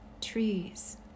trees